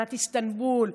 אמנת איסטנבול.